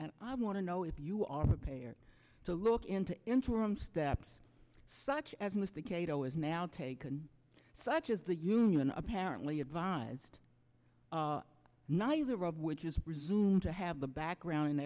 and i want to know if you are prepared to look into interim steps such as mr cato is now taken such as the union apparently advised neither of which is presumed to have the background and